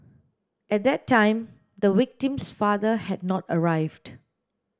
at that time the victim's father had not arrived